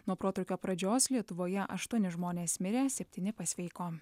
nuo protrūkio pradžios lietuvoje aštuoni žmonės mirė septyni pasveiko